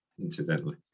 incidentally